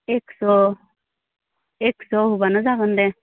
एकस' एकस'ब्लानो जागोन दे